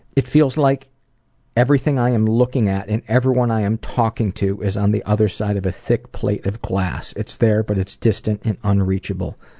it feels like everything i am looking at and everyone i am talking to is on the other side of a thick plate of glass. it's there, but it's distant and unreachable.